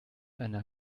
einer